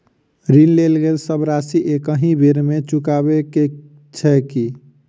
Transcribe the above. ऋण लेल गेल सब राशि एकहि बेर मे चुकाबऽ केँ छै की?